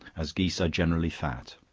as geese are generally fat